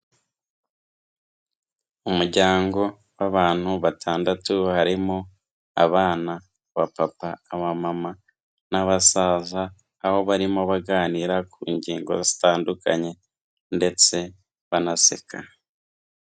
Umuryango w'abantu batandatu harimo abana, abapapa, abamama n'abasaza aho barimo baganira ku ngingo zitandukanye ndetse banasekana.